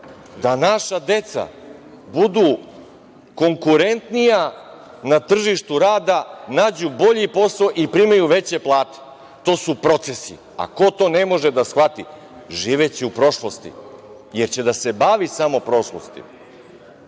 da naša deca budu konkurentnija na tržištu rada nađu bolji posao i primaju veće plate. To su procesi, a ko to ne može da shvati živeće u prošlosti, jer će da se bavi samo prošlošću. Ovde